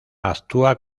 actúa